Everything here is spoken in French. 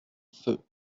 feu